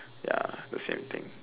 ya the same thing